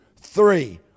three